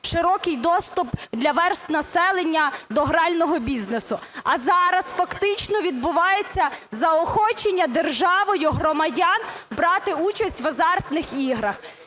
широкий доступ для верств населення до грального бізнесу. А зараз фактично відбувається заохочення державою громадян брати участь в азартних іграх.